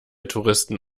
touristen